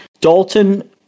Dalton